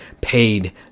paid